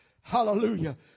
Hallelujah